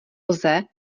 lze